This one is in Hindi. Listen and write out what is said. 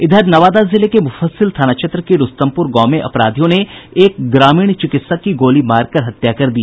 इधर नवादा जिले के मुफ्फसिल थाना क्षेत्र के रूस्तमपुर गांव में अपराधियों ने एक ग्रामीण चिकित्सक की गोली मारकर हत्या कर दी